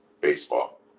baseball